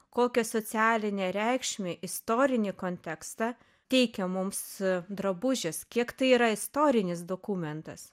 kokią socialinę reikšmę istorinį kontekstą teikia mums drabužis kiek tai yra istorinis dokumentas